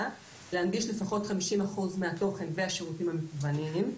להנגיש לפחות חמישים אחוז מהתוכן והשירותים המקוונים.